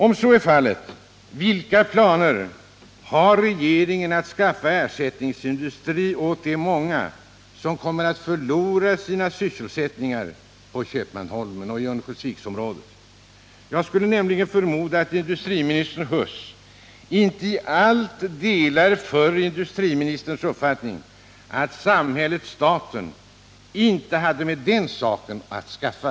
Om så är fallet, vilka planer har regeringen på att skaffa ersättningsindustri åt de många, som kommer att förlora sina sysselsättningar på Köpmanholmen och i Örnsköldsviksområdet? Jag skulle nämligen förmoda att industriminister Huss inte i allt delar förre industriministerns uppfattning att samhället-staten inte hade med den saken att skaffa.